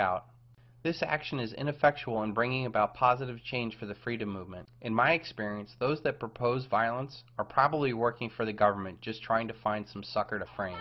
out this action is ineffectual in bringing about positive change for the freedom movement in my experience those that proposed violence are probably working for the government just trying to find some sucker